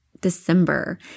December